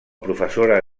professora